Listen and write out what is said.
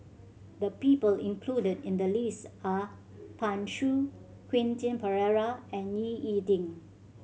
the people include in the list are Pan Shou Quentin Pereira and Ying E Ding